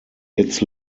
its